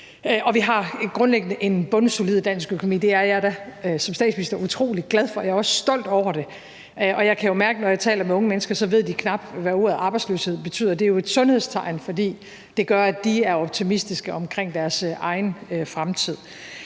vi har grundlæggende en bundsolid dansk økonomi. Det er jeg da som statsminister utrolig glad for, og jeg er også stolt over det. Jeg kan mærke, at når jeg taler med unge mennesker, ved de knap nok, hvad ordet arbejdsløshed betyder. Det er jo et sundhedstegn, for det gør, at de er optimistiske omkring deres egen fremtid.